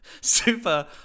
super